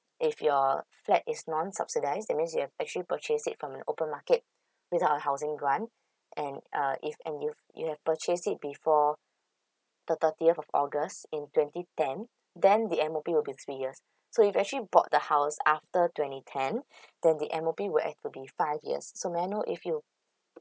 if your flat is non subsidize that means you have actually purchase it from an open market without a housing grant and uh if and you you have purchase it before the thirtieth of august in twenty ten then the M_O_P will be three years so you have to actually bought the house after twenty ten then the M_O_P will end will be five years so may I know if you